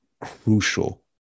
crucial